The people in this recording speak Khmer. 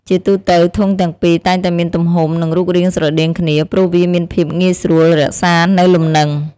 ជាទូទៅ ធុងទាំងពីរតែងតែមានទំហំ និងរូបរាងស្រដៀងគ្នា ព្រោះវាមានភាពងាយស្រួលរក្សានៅលំនឹង។